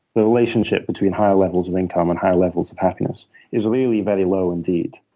the relationship between higher levels of income and higher levels of happiness is really very low indeed,